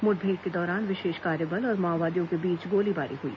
मुठभेड़ के दौरान विशेष कार्यबल और माओवादियों के बीच गोलीबारी हुई